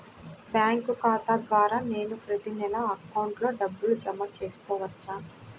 Bank ఖాతా ద్వారా నేను ప్రతి నెల అకౌంట్లో డబ్బులు జమ చేసుకోవచ్చా?